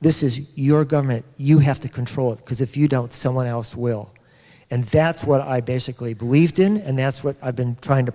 this is your government you have to control it because if you don't someone else will and that's what i basically believed in and that's what i've been trying to